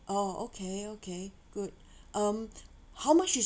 oh okay okay good um how much is